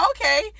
okay